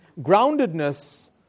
groundedness